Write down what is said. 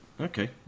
Okay